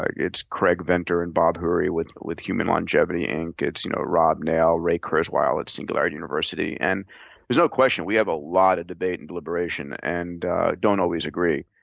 ah it's craig venter and bob hariri with with human longevity, inc, it's you know rob nail, ray kurzweil at singularity university. and there's no question we have a lot of debate and deliberation and don't always agree.